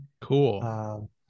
Cool